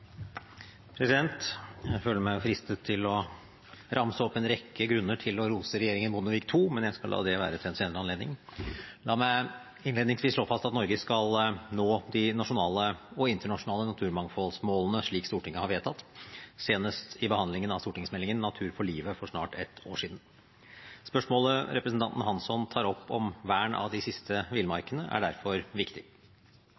ramse opp en rekke grunner til å rose regjeringen Bondevik II, men jeg skal la det være til en senere anledning. La meg innledningsvis slå fast at Norge skal nå de nasjonale og internasjonale naturmangfoldmålene, slik Stortinget har vedtatt, senest i behandlingen av Meld. St. 14 for 2015–2016, Natur for livet, for snart et år siden. Spørsmålet representanten Hansson tar opp, om vern av de siste